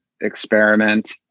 experiment